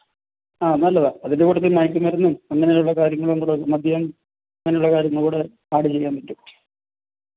ആ നല്ലതാണ് അതിൻ്റെ കൂട്ടത്തിൽ മയക്കു മരുന്നും അങ്ങനെയുള്ള കാര്യങ്ങളും കൂടൊന്ന് മദ്യം അങ്ങനെയുള്ള കാര്യങ്ങളും കൂടി ആഡ് ചെയ്യാൻ പറ്റും